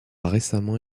récemment